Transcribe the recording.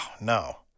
no